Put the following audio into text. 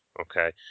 Okay